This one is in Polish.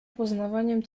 poznawaniem